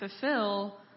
fulfill